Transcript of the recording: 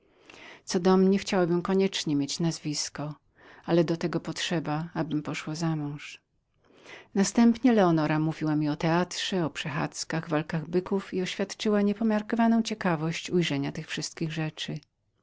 co do mnie chciałabym koniecznie mieć nazwisko ale do tego potrzeba abym poszła za mąż następnie leonora mówiła mi o komedyi o przechadzkach walkach byków i oświadczyła niepomiarkowaną ciekawość widzenia tych wszystkich rzeczy